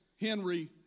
Henry